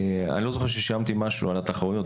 אני לא זוכר ששילמתי משהו על התחרויות,